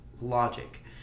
logic